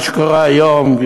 מה שקורה היום,